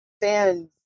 fans